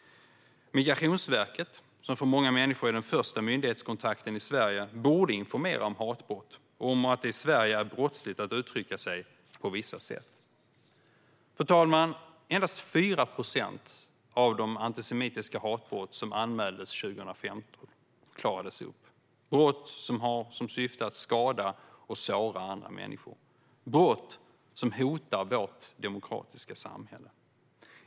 Migrationsverket, som för många människor är den första myndighetskontakten i Sverige, borde informera om hatbrott och om att det i Sverige är brottsligt att uttrycka sig på vissa sätt. Fru talman! Endast 4 procent av de antisemitiska hatbrott som anmäldes 2015 klarades upp. Detta är brott som har som syfte att skada och såra andra människor och brott som hotar vårt demokratiska samhälle.